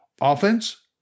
offense